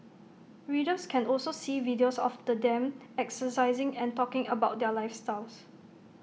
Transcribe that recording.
readers can also see videos of the them exercising and talking about their lifestyle